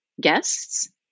guests